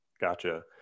Gotcha